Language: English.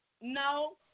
no